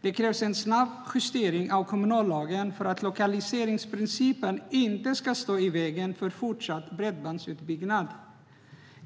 Det krävs en snabb justering av kommunallagen för att lokaliseringsprincipen inte ska stå i vägen för fortsatt bredbandsutbyggnad.